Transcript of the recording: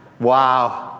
Wow